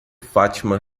fátima